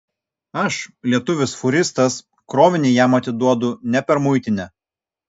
aš lietuvis fūristas krovinį jam atiduodu ne per muitinę